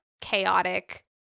chaotic